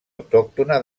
autòctona